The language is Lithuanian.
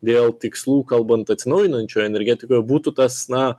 dėl tikslų kalbant atsinaujinančioj energetikoj būtų tas na